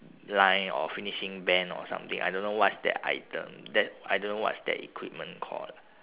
line or finishing band or something I don't know what's that item that I don't know what's that equipment called